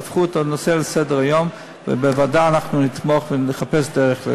תהפכו את זה להצעה לסדר-היום ובוועדה אנחנו נתמוך ונחפש דרך.